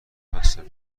هستم